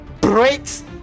Breaks